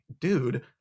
dude